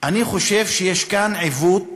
אני חושב שיש כאן עיוות